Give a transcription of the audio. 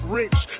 rich